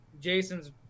Jason's